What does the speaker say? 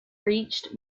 reached